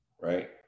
right